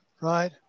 right